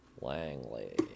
Langley